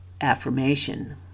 affirmation